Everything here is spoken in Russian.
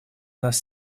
нас